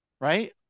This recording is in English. right